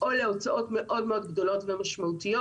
או להוצאות מאוד מאוד גדולות ומשמעותיות,